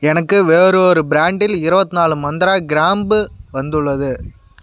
எனக்கு வேறொரு ப்ராண்டில் இருவத்தி நாலு மந்த்ரா கிராம்பு வந்துள்ளது